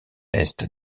est